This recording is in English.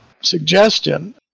suggestion